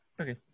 Okay